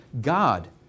God